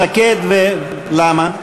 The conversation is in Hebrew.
שקד למה?